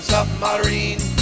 Submarine